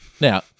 Now